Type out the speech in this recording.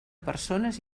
persones